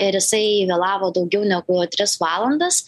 ir jisai vėlavo daugiau negu tris valandas